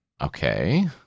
Okay